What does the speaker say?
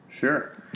Sure